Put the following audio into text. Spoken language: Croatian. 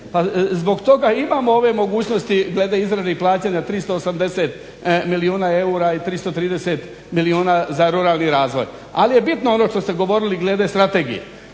Zbog toga imamo ove mogućnosti glede izrade i plaćanja 380 milijuna eura i 330 milijuna za ruralni razvoj. Ali je bitno ono što ste govorili glede strategije.